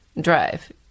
drive